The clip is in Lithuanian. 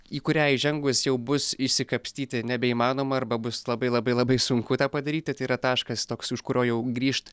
į kurią įžengus jau bus išsikapstyti nebeįmanoma arba bus labai labai labai sunku tą padaryti tai yra taškas toks už kurio jau grįžt